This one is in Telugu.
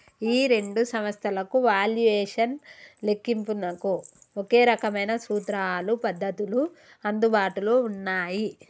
ఈ రెండు సంస్థలకు వాల్యుయేషన్ లెక్కింపునకు ఒకే రకమైన సూత్రాలు పద్ధతులు అందుబాటులో ఉన్నాయి